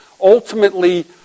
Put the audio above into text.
ultimately